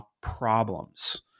problems